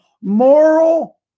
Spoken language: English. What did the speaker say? moral